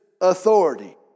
authority